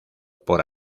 por